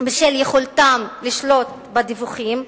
בשל יכולתם לשלוט בדיווחים,